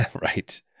Right